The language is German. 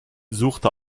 suchte